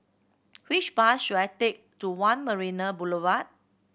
which bus should I take to One Marina Boulevard